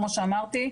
כמו שאמרתי,